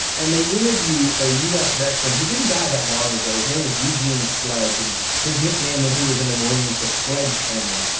and they interview a u s. veteran who didn't die that long ago. his name is eugene sledge and his nickname when he was in the marines was sledgehammer.